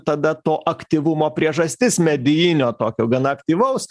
tada to aktyvumo priežastis medijinio tokio gana aktyvaus